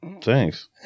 Thanks